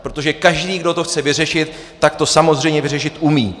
Protože každý, kdo to chce vyřešit, tak to samozřejmě vyřešit umí.